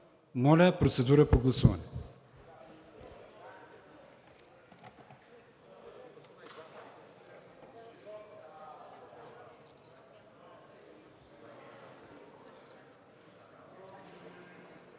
Моля, процедура по гласуване.